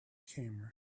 camera